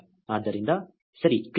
ಆದ್ದರಿಂದ ಸರಿ ಕ್ಲಿಕ್ ಮಾಡಿ